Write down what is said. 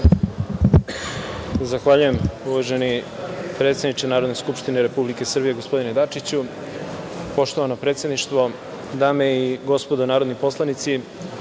Zahvaljujem, uvaženi predsedniče Narodne skupštine Republike Srbije. Poštovano predsedništvo, dame i gospodo narodni poslanici,